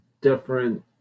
different